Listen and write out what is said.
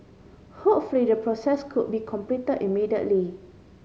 hopefully the process could be complete immediately